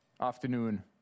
afternoon